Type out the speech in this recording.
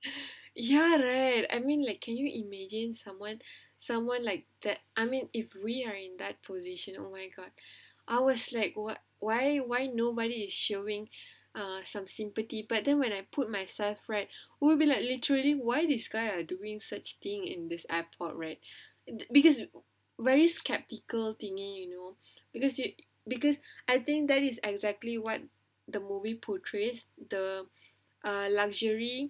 ya right I mean like can you imagine someone someone like that I mean if we are in that position oh my god I was like what why why nobody is showing err some sympathy but then when I put myself right would be like literally why this guy are doing such thing in this airport right because very skeptical thingy you know because you because I think that is exactly what the movie portrays the uh luxury